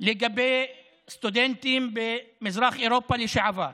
לגבי סטודנטים במזרח אירופה לשעבר.